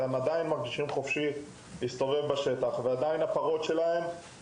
הם עדיין מרגישים חופשיים להסתובב בשטח ועדיין הפרות שלהם נמצאות שם.